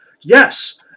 Yes